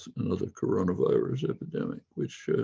another coronavirus epidemic, which